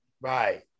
right